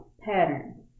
pattern